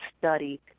study